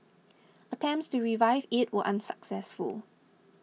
attempts to revive it were unsuccessful